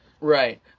Right